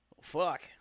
Fuck